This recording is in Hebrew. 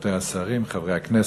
רבותי השרים, חברי הכנסת,